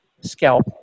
scalp